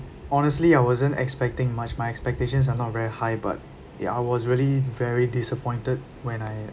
honestly I wasn't expecting much my expectations are not very high but ya I was really very disappointed when I